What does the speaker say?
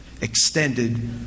extended